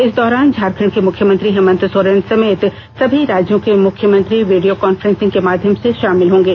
इस दौरान झारखंड के मुख्यमंत्री हेमन्त सोरेन समेत सभी राज्यों के मुख्यमंत्री वीडियो कांफ्रे सिंग के माध्यम से शामिल होंगे